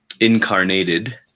incarnated